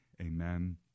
Amen